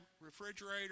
refrigerator